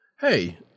hey